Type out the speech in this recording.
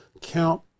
count